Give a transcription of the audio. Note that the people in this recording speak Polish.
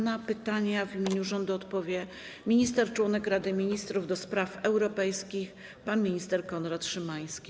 Na pytania w imieniu rządu odpowie minister - członek Rady Ministrów ds. europejskich pan minister Konrad Szymański.